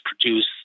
produce